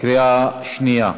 לקריאה שנייה.